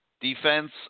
defense